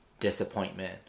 disappointment